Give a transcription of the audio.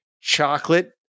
chocolate